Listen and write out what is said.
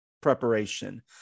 preparation